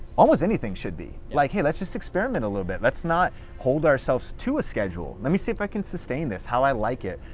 almost anything should be. like hey, let's just experiment a little bit. let's not hold ourselves to a schedule. lemme see if i can sustain this. how i like it.